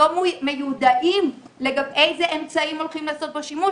לא מיודע לגבי איזה האמצעים בהם הולכים לעשות שימוש.